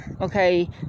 okay